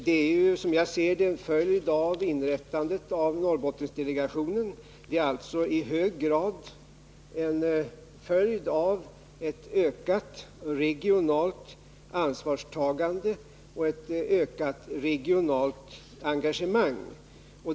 Det är som jag ser det en följd av inrättandet av Norrbottendelegationen. Det är alltså i hög grad en följd av ett ökat regionalt ansvarstagande och ett ökat regionalt engagemang.